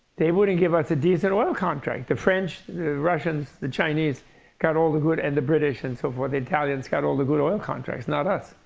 they wouldn't give us a decent oil contract. the french, the russians, the chinese got all the good and the british and so forth, the italians got all the good oil contracts, not us.